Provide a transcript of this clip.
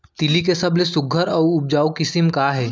तिलि के सबले सुघ्घर अऊ उपजाऊ किसिम का हे?